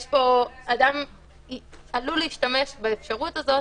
אדם עלול להשתמש באפשרות הזאת